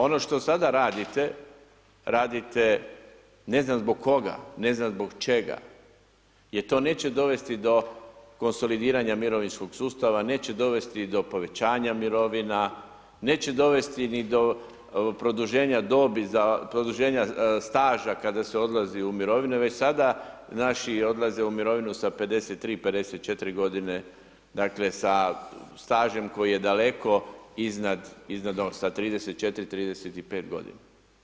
Ono što sada radite radite ne znam zbog koga, ne znam zbog čega jer to neće dovesti do konsolidiranja mirovinskog sustava, neće dovesti do povećanja mirovina, neće dovesti ni do produženja dobi do, produženja staža kada se odlazi u mirovinu, već sada naši odlaze u mirovinu sa 53, 54 godine, dakle sa stažem koji je daleko iznad, iznad ... sa 34, 35 godina.